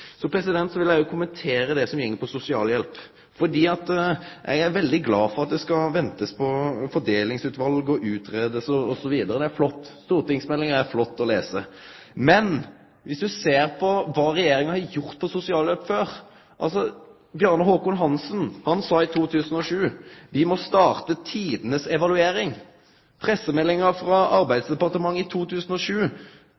Så vil eg kommentere det som går på sosialhjelp. Eg er veldig glad for at ein skal vente på fordelingsutval, utgreiing osv. – det er flott! Stortingsmeldingar er flotte å lese, men dersom ein ser på kva Regjeringa har gjort når det gjeld sosialhjelp før, sa f.eks. Bjarne Håkon Hanssen i 2007: «Vi må starte tidenes evaluering.» Pressemeldinga frå